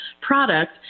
product